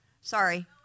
Sorry